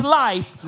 life